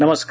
नमस्कार